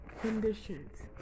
conditions